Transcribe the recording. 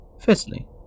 Firstly